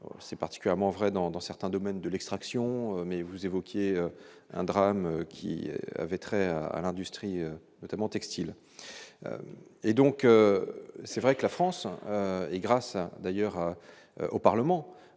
c'est particulièrement vrai dans dans certains domaines de l'extraction mais vous évoquiez un drame qui avait trait à l'industrie notamment textiles et donc c'est vrai que la France et grâce d'ailleurs au Parlement,